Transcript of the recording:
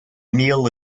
meal